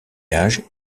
âge